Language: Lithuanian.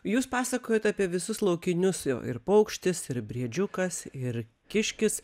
jūs pasakojot apie visus laukinius ir paukštis ir briedžiukas ir kiškis